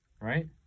Right